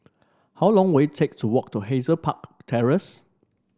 how long will it take to walk to Hazel Park Terrace